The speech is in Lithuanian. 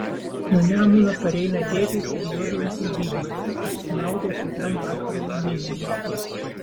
nuo nemuno pareina tėtis ir juodvalkių zigmas išsimaudę šiltam vakaro vandenyje